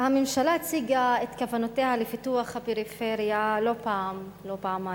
הממשלה הציגה את כוונותיה לפיתוח הפריפריה לא פעם אחת ולא פעמיים,